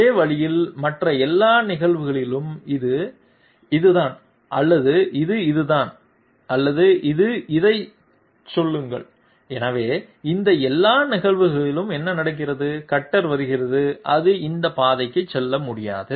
அதே வழியில் மற்ற எல்லா நிகழ்வுகளிலும் இது இதுதான் அல்லது இது இதுதான் அல்லது இது இதைச் சொல்லுங்கள் எனவே இந்த எல்லா நிகழ்வுகளிலும் என்ன நடக்கிறது கட்டர் வருகிறது அது இந்த பாதைக்கு செல்ல முடியாது